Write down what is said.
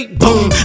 Boom